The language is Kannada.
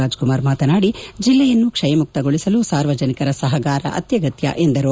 ರಾಜಕುಮಾರ್ ಮಾತನಾಡಿ ಜಿಲ್ಲೆಯನ್ನು ಕ್ಷಯಮುಕ್ತಗೊಳಿಸಲು ಸಾರ್ವಜನಿಕರ ಸಹಕಾರ ಅತ್ತಗತ್ತ ಎಂದರು